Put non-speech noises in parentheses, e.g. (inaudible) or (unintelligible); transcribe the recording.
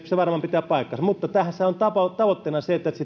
se varmaan pitää paikkansa mutta tässähän on tavoitteena se että että (unintelligible)